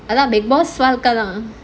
எல்லாம்:ellaam bigg boss பார்க்கலாம்:paarkalam